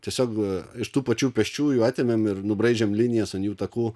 tiesiog iš tų pačių pėsčiųjų atėmėm ir nubraižėm linijas ant jų takų